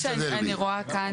מה שאני רואה כאן,